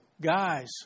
guys